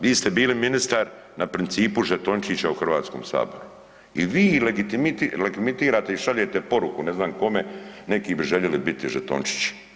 Vi ste bili ministar na principu žetončića u Hrvatskom saboru i vi ih legitimirate i šaljete poruku ne znam kome, neki bi željeli biti žetončići.